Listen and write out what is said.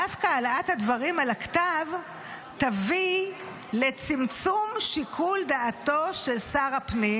דווקא העלאת הדברים על הכתב תביא לצמצום שיקול דעתו של שר הפנים